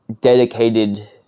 dedicated